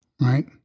right